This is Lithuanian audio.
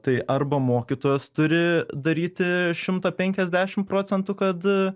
tai arba mokytojas turi daryti šimtą penkiasdešim procentų kad